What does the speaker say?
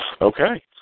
Okay